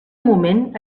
moment